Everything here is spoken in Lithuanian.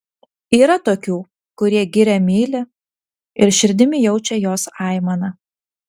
yra tokių kurie girią myli ir širdimi jaučia jos aimaną